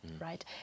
right